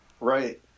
Right